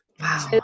Wow